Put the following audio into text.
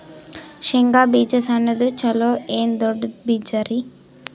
ಶೇಂಗಾ ಬೀಜ ಸಣ್ಣದು ಚಲೋ ಏನ್ ದೊಡ್ಡ ಬೀಜರಿ?